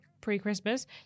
Pre-Christmas